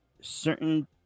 certain